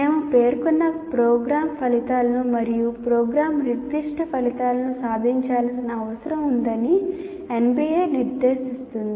మేము పేర్కొన్న ప్రోగ్రామ్ ఫలితాలను మరియు ప్రోగ్రామ్ నిర్దిష్ట ఫలితాలను సాధించాల్సిన అవసరం ఉందని NBA నిర్దేశిస్తుంది